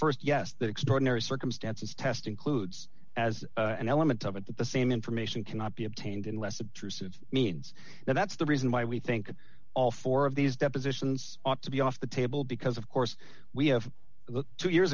that st yes the extraordinary circumstances test includes as an element of it that the same information cannot be obtained in less obtrusive means that's the reason why we think all four of these depositions ought to be off the table because of course we have two years